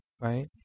right